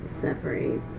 separate